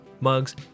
mugs